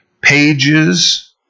pages